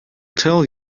tell